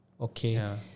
Okay